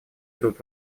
идут